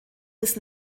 des